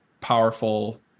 powerful